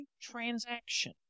transaction